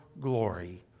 glory